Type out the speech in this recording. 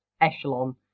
echelon